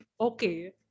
Okay